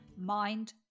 mind